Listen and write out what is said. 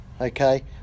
okay